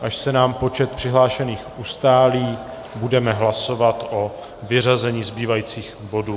Až se nám počet přihlášených ustálí, budeme hlasovat o vyřazení zbývajících bodů...